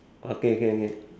okay can can